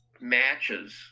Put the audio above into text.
matches